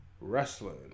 Wrestling